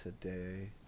today